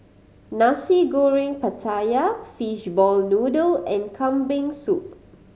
Nasi Goreng Pattaya Fishball Noodle and Kambing Soup